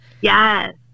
Yes